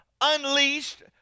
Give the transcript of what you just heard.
unleashed